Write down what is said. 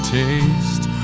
taste